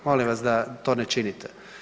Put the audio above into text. Molim vas da to ne činite.